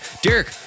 Derek